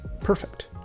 perfect